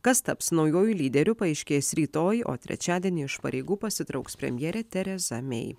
kas taps naujuoju lyderiu paaiškės rytoj o trečiadienį iš pareigų pasitrauks premjerė teresa mei